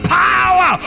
power